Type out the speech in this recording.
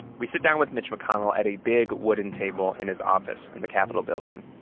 we sit down with mitch mcconnell at a big wooden table in his office in the capitol building.